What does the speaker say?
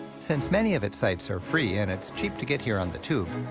since many of its sights are free and it's cheap to get here on the tube,